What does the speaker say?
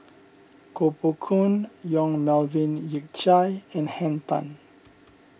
Koh Poh Koon Yong Melvin Yik Chye and Henn Tan